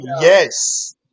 yes